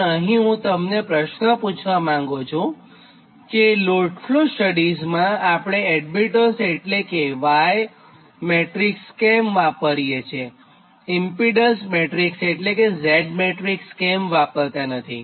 પરંતુ અહીં હું તમને એક પ્રશ્ન પુછવા માંગું છું કે લોડ ફ્લો સ્ટડીઝમાં આપણે એડમીટન્સ એટલે કે Y મેટરીક્સ કેમ વાપરીએ છીએ અને ઇમ્પીડન્સ એટલે કે Z મેટ્રીક્સ કેમ વાપરતાં નથી